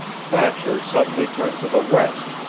thatcher suddenly turned to the west,